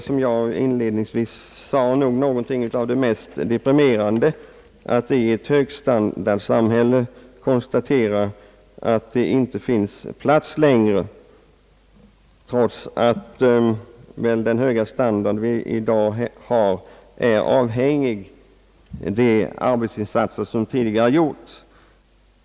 Som jag inledningsvis anförde, finns det nog ingenting som är så deprimerande som att i ett högstandardsamhälle behöva konstatera att det inte finns plats för mig längre, trots att den höga standard vi i dag har är ett resultat av arbetsinsatser som gjorts tidigare.